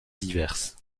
diverses